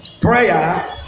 Prayer